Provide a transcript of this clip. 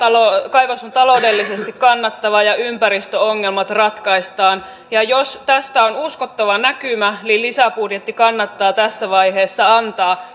kaivos on taloudellisesti kannattava ja ympäristöongelmat ratkaistaan jos tästä on uskottava näkymä lisäbudjetti kannattaa tässä vaiheessa antaa